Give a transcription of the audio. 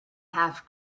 half